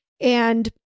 and-